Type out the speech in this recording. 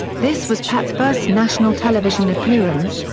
this was pat's first national television appearance,